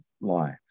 lives